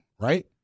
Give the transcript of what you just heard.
right